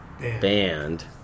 band